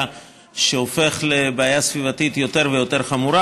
שהופך לבעיה סביבתית יותר ויותר חמורה.